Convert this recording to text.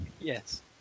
yes